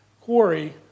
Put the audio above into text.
Quarry